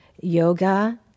yoga